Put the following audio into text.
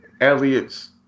Elliot's